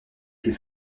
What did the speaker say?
plus